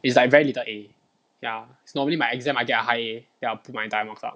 it's like very little A ya it's normally my exam I get a high A then I'll pull my entire marks up